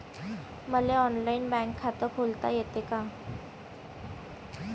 मले online bank खात खोलता येते का?